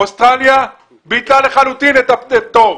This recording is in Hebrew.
אוסטרליה ביטלה לחלוטין את הפטור.